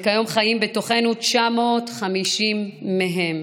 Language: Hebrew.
וכיום חיים בתוכנו 950 מהם.